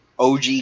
OG